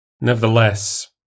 Nevertheless